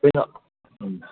ꯑꯩꯈꯣꯏꯅ ꯎꯝ